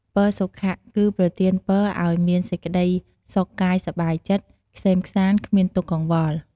ពរសុខៈ គឺប្រទានពរឲ្យមានសេចក្ដីសុខកាយសប្បាយចិត្ត ក្សេមក្សាន្ត គ្មានទុក្ខកង្វល់។